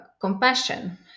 compassion